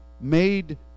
made